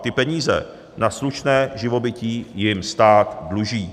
Ty peníze na slušné živobytí jim stát dluží.